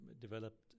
developed